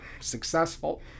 successful